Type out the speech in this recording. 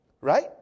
Right